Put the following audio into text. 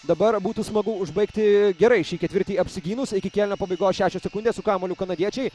dabar būtų smagu užbaigti gerai šį ketvirtį apsigynus iki kėlinio pabaigos šešios sekundės su kamuoliu kanadiečiai